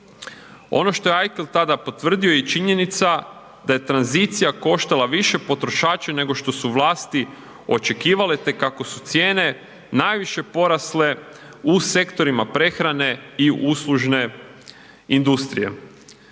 Ono što je Eichel tada potvrdio je činjenica da je tranzicija više koštala potrošače nego što su vlasti očekivale te kako su cijene najviše porasle u sektorima prehrane i uslužne industrije.